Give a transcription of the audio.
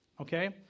Okay